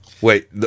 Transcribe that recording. Wait